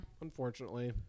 Unfortunately